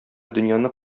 дөньяны